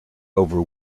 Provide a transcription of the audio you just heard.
over